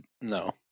No